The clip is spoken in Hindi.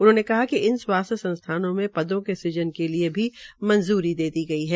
उन्होंने कहा कि इन स्वास्थ्य संस्थानों में पदों के स़जन के लिए भी मंजूरी दी गई है